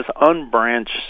unbranched